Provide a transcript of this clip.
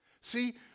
See